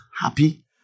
happy